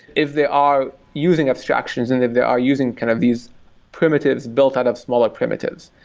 if they are using abstractions and if they are using kind of these primitives built out of smaller primitives.